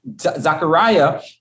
Zachariah